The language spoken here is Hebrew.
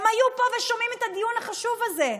הם היו פה ושומעים את הדיון החשוב הזה.